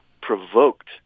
provoked